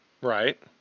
Right